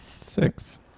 Six